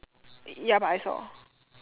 ya but I saw